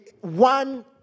one